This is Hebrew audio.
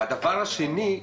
והדבר השני,